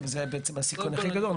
זה בעצם הסיכון הכי גדול,